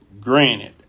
granted